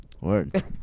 Word